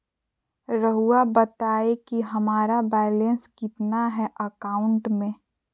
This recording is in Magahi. रहुआ बताएं कि हमारा बैलेंस कितना है अकाउंट में?